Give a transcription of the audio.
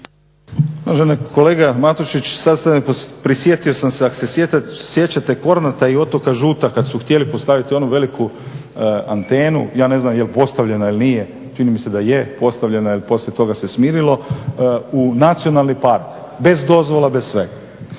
rada)** Kolega Matušić, sad ste me, prisjetio sam se ako se sjećate Kornata i otoka Žuta, kad su htjeli postaviti onu veliku antenu, ja ne znam jel postavljena ili nije, čini mi se da je postavljena, ali poslije toga se smirilo, u nacionalni park bez dozvola, bez svega.